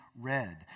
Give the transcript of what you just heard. read